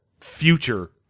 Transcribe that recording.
future